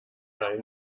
ein